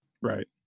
Right